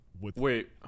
Wait